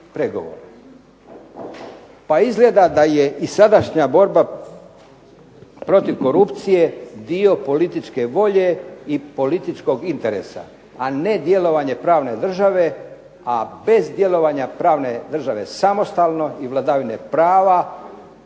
Pa izgleda da je i sadašnja borba protiv korupcije dio političke volje i političkog interesa, a ne djelovanje pravne države, a bez djelovanja pravne države samostalno i vladavine prava